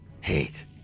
Hate